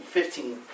Fifteen